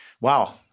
wow